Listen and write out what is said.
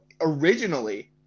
originally